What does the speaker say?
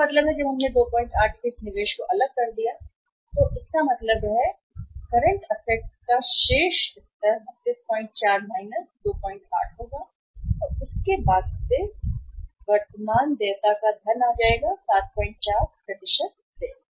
इसका मतलब है कि जब हमने 28 के इस निवेश को अलग कर दिया है तो यह इसका मतलब है कि वर्तमान परिसंपत्तियों का शेष स्तर 324 28 होगा और उसके बाद से धन आ जाएगा वर्तमान देयता 74 है